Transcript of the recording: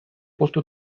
postu